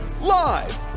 Live